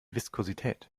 viskosität